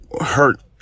hurt